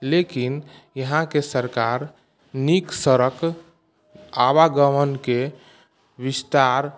लेकिन यहाँके सरकार नीक सड़क आवागमनके विस्तार